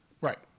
Right